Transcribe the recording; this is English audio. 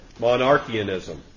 monarchianism